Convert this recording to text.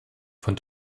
von